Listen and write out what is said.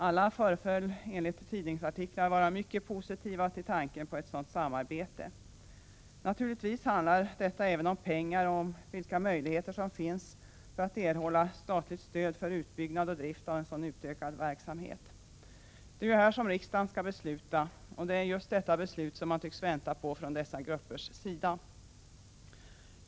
Alla föreföll enligt tidningsartiklar vara mycket positiva till tanken på ett sådant samarbete. Naturligtvis handlar detta även om pengar och vilka möjligheter som finns att erhålla statligt stöd för uppbyggnad och drift av en sådan utökad verksamhet. Det är ju om detta som riksdagen skall besluta, och det är just det beslutet som man tycks vänta på från dessa gruppers sida.